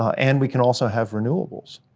and we can also have renewables,